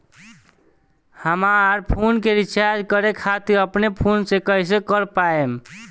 हमार फोन के रीचार्ज करे खातिर अपने फोन से कैसे कर पाएम?